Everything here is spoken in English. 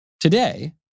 Today